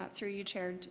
through you, chair